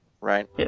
right